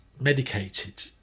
medicated